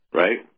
right